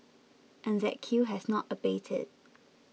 and that queue has not abated